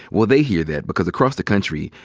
will they hear that? because across the country,